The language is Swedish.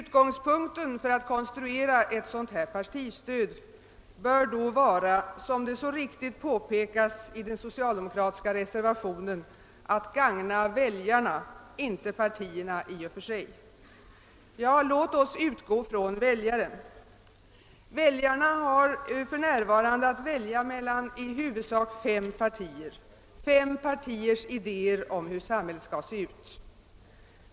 Utgångspunkten för att konstruera ett sådant här partistöd bör då vara, som det så riktigt påpekats i den socialdemokratiska reservationen, att gagna väljarna, inte partierna i och för sig. Ja, låt oss utgå från väljarna! De har för närvarande att välja mellan i huvudsak fem partiers idéer om hur samhället skall se ut.